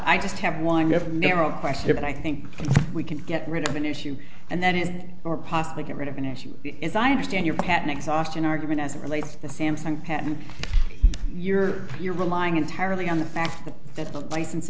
i just have one never narrow question but i think we can get rid of an issue and that is or possibly get rid of an issue is i understand your pattern exhaustion argument as it relates to the samsung patent you're you're relying entirely on the fact that the license